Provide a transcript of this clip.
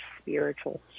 spiritual